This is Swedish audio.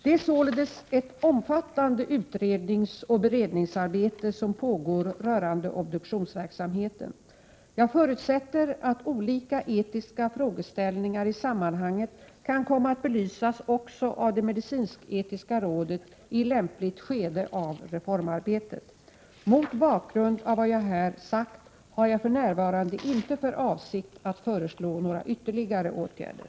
Det är således ett omfattande utredningsoch beredningsarbete som pågår rörande obduktionsverksamheten. Jag förutsätter att olika etiska frågeställningar i sammanhanget kan komma att belysas också av det medicinsk-etiska rådet i lämpligt skede av reformarbetet. Mot bakgrund av vad jag här sagt har jag för närvarande inte för avsikt att föreslå några ytterligare åtgärder.